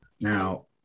Now